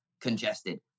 congested